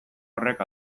horrek